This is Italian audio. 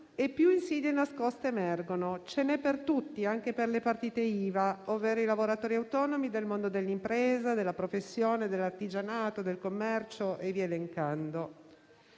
e più insidie nascoste emergono. Ce n'è per tutti, anche per le partite IVA, ovvero i lavoratori autonomi del mondo dell'impresa, della professione, dell'artigianato, del commercio e via elencando.